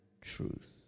truth